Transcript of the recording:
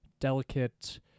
delicate